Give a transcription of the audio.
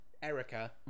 Erica